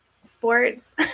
sports